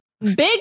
Big